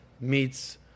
meets